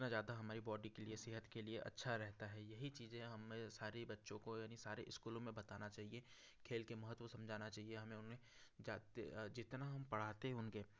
उतना ज़्यादा हमारी बॉडी के लिए सेहत के लिए अच्छा रहता है यही चीज़ें हम सारी बच्चों को यानी सारे स्कूलों में बताना चाहिए खेल के महत्व समझाना चाहिए हमें उन्हें जाते जितना हम पढ़ाते होंगे